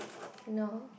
no